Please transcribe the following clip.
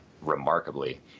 remarkably